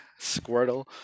Squirtle